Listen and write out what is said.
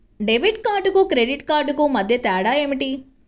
Debit కార్డుకు credit కార్డుకు మధ్య తేడా ఏమిటీ?